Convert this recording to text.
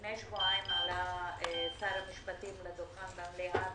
לפני שבועיים עלה שר המשפטים לדוכן המליאה,